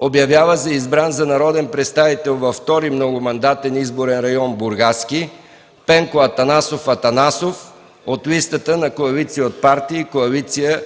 Обявява за избран за народен представител в 2. многомандатен изборен район – Бургаски, Пенко Атанасов Атанасов от листата на коалиция от партии и Коалиция